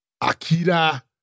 Akira